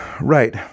Right